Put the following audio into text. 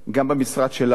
גם במשרד שלנו